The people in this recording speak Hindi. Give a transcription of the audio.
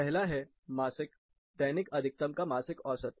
पहला है मासिक दैनिक अधिकतम का मासिक औसत